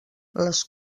les